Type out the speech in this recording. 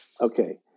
Okay